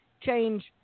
change